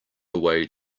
away